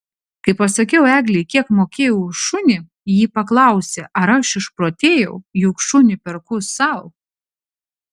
kai pasakiau eglei kiek mokėjau už šunį ji paklausė ar aš išprotėjau juk šunį perku sau